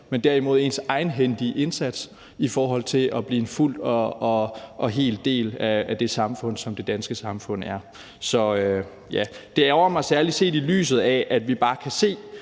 men derimod ens egenhændige indsats i forhold til fuldt og helt at blive en hel del af det samfund, som det danske samfund er. Det ærgrer mig, særlig set i lyset af at vi bare kan se